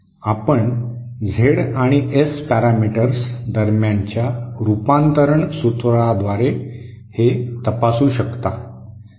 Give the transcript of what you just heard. आपण झेड आणि S parameters दरम्यानच्या रूपांतरण सूत्राद्वारे ते तपासू शकता